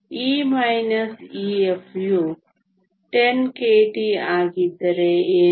E Ef ಯು 10 kT ಆಗಿದ್ದರೆ ಏನು